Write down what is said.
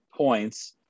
points